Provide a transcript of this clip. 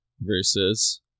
versus